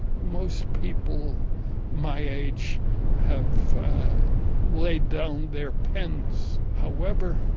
most people my age have laid down their pens. however,